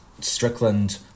Strickland